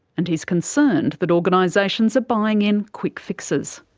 and he's concerned that organisations are buying in quick fixes.